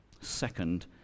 second